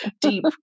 deep